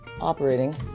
operating